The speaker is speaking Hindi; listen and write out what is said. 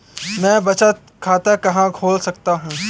मैं बचत खाता कहाँ खोल सकता हूँ?